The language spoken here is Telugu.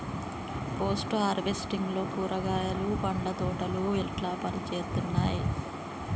పోస్ట్ హార్వెస్టింగ్ లో కూరగాయలు పండ్ల తోటలు ఎట్లా పనిచేత్తనయ్?